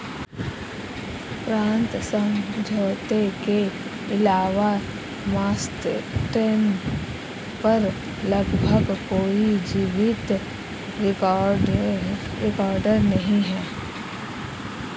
ऋण समझौते के अलावा मास्टेन पर लगभग कोई जीवित रिकॉर्ड नहीं है